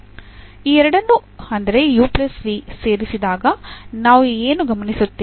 ಈ ಎರಡನ್ನು ಸೇರಿಸಿದಾಗ ನಾವು ಏನು ಗಮನಿಸುತ್ತೇವೆ